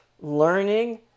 learning